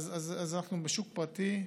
אז אנחנו בשוק פרטי,